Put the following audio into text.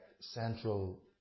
central